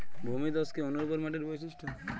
ভূমিধস কি অনুর্বর মাটির বৈশিষ্ট্য?